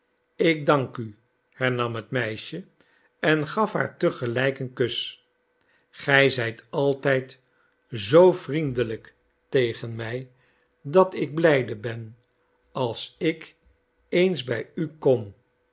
ik dank u hernam het meisje en gaf haar te gelijk een kus gij zijt altijd zoo vriendelijk tegen mij dat ik blijde ben als ik eens bij u kom